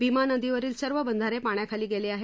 भीमा नदीवरील सर्व बद्धारे पाण्याखाली गेली आहेत